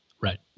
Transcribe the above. Right